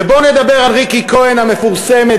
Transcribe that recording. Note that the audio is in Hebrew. ובוא נדבר על ריקי כהן המפורסמת,